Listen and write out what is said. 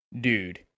dude